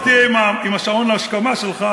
אתה כבר תהיה עם שעון ההשכמה שלך,